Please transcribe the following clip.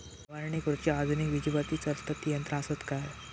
फवारणी करुची आधुनिक विजेवरती चलतत ती यंत्रा आसत काय?